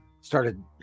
started